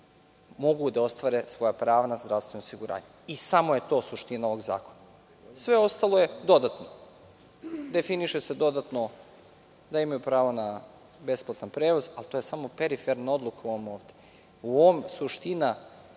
mogu da ostvare svoja prava na zdravstveno osiguranje. Samo je to suština ovog zakona. Sve ostalo je dodatno. Definiše se dodatno da imaju pravo na besplatan prevoz, ali to je samo periferna odluka u ovom ovde.